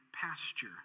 pasture